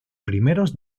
primeros